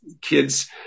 kids –